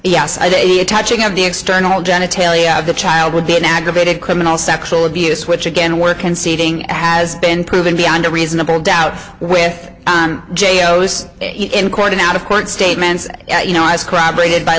hear touching of the external genitalia of the child would be an aggravated criminal sexual abuse which again were conceding has been proven beyond a reasonable doubt with j o's in court an out of court statements and you know i scribe aided by